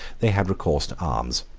they had recourse to arms.